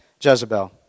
Jezebel